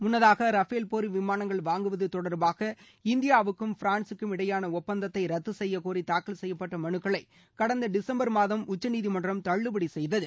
முன்னதாக ரஃபேல் போர் விமானங்கள் வாங்குவது தொடர்பாக இந்தியாவுக்கும் பிரான்ஸுக்கும் இடையேயாள ஒப்பந்தத்தை ரத்து செய்யக்கோரி தூக்கல் செய்யப்பட்ட மனுக்களை கடந்த டிசுப்பர் மாதம் உச்சநீதிமன்றம் தள்ளுபடி செய்தது